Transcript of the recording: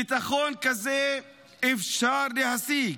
ביטחון כזה אפשר להשיג.